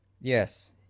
Yes